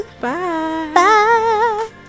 Bye